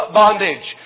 bondage